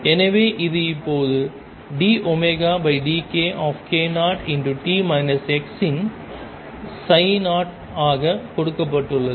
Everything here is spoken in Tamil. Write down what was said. எனவே இது இப்போது dωdkk0t x இன் 0 ஆக கொடுக்கப்பட்டுள்ளது